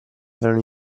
avevano